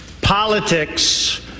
politics